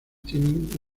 tienen